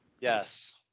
Yes